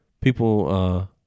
people